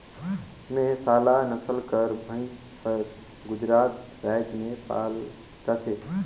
मेहसाला नसल कर भंइस हर गुजरात राएज में पाल जाथे